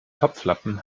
topflappen